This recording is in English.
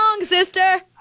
sister